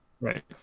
Right